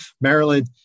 Maryland